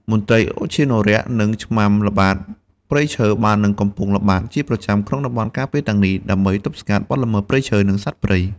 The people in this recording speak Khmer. មន្ត្រីឧទ្យានុរក្ស និង ឆ្មាំល្បាតព្រៃឈើ បាននិងកំពុងល្បាតជាប្រចាំនៅក្នុងតំបន់ការពារទាំងនេះ ដើម្បីទប់ស្កាត់បទល្មើសព្រៃឈើ និងសត្វព្រៃ។